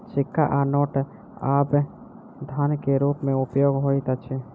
सिक्का आ नोट आब धन के रूप में उपयोग होइत अछि